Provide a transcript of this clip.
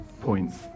points